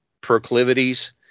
proclivities